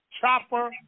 chopper